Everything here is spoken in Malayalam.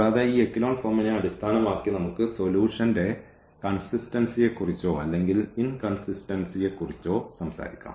കൂടാതെ ഈ എക്കലോൺ ഫോമിനെ അടിസ്ഥാനമാക്കി നമുക്ക് സൊല്യൂഷൻറെ കൺസിസ്റ്റൻസിയെക്കുറിച്ചോ അല്ലെങ്കിൽ ഇൻകൺസിസ്റ്റൻസിയെക്കുറിച്ചോ സംസാരിക്കാം